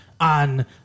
on